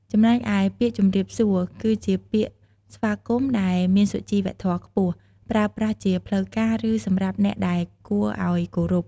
ចំណែកឯពាក្យ ជម្រាបសួរ គឺជាពាក្យស្វាគមន៍ដែលមានសុជីវធម៌ខ្ពស់ ប្រើប្រាស់ជាផ្លូវការឬសំរាប់អ្នកដែលគួរអោយគោរព។